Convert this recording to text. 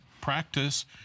practice